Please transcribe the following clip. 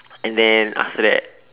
and then after that